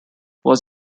was